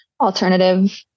Alternative